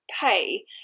pay